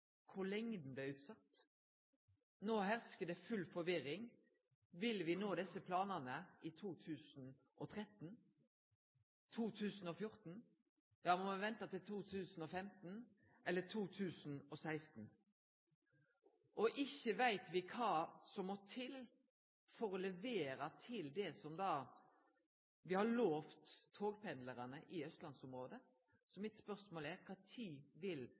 kor lenge han ville bli utsett. No herskar det full forvirring. Vil vi nå desse planane i 2013, i 2014? Eller må vi vente til 2015, eller 2016? Og ikkje veit vi kva som må til for å kunne levere det som vi har lovt togpendlarane i austlandsområdet. Så mitt spørsmål er: Kva tid vil